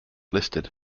listed